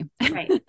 Right